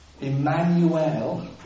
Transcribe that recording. Emmanuel